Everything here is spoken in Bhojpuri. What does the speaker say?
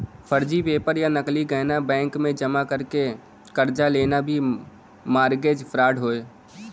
फर्जी पेपर या नकली गहना बैंक में जमा करके कर्जा लेना भी मारगेज फ्राड हौ